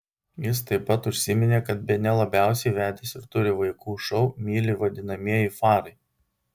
jis taip pat užsiminė kad bene labiausiai vedęs ir turi vaikų šou myli vadinamieji farai